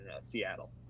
Seattle